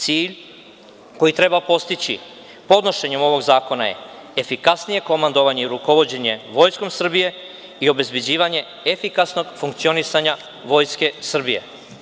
Cilj koji treba postići podnošenjem ovog zakona je efikasnije komandovanje i rukovođenje Vojskom Srbije i obezbeđivanje efikasnog funkcionisanja Vojske Srbije.